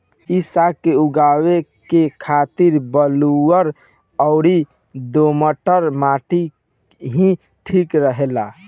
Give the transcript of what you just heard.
इ साग के उगावे के खातिर बलुअर अउरी दोमट माटी ही ठीक रहेला